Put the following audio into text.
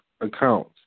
account